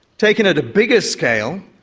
taken at a bigger scale,